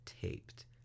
taped